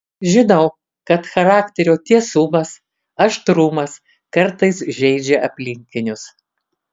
žinau kad charakterio tiesumas aštrumas kartais žeidžia aplinkinius